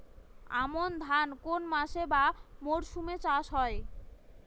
আমন ধান কোন মাসে বা মরশুমে চাষ হয়?